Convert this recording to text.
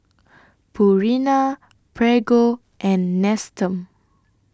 Purina Prego and Nestum